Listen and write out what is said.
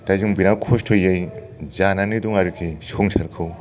दा जों बिराथ खस्थ'यै जानानै दं आरोखि संसारखौ